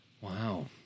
wow